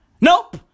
Nope